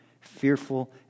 fearful